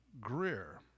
Greer